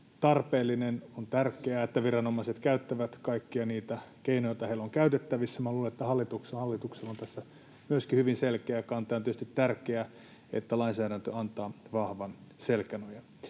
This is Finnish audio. tarpeellinen. On tärkeää, että viranomaiset käyttävät kaikkia niitä keinoja, joita heillä on käytettävissään. Minä luulen, että myöskin hallituksella on tässä hyvin selkeä kanta, ja on tietysti tärkeää, että lainsäädäntö antaa vahvan selkänojan,